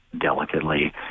delicately